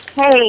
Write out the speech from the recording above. Hey